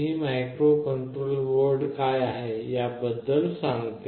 मी microcontroller board काय आहे याबद्दल सांगते